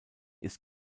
ist